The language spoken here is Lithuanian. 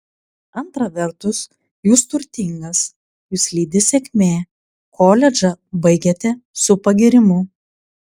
antra vertus jūs turtingas jus lydi sėkmė koledžą baigėte su pagyrimu